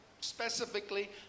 specifically